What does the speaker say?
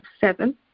seven